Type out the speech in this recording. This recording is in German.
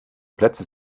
plätze